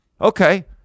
Okay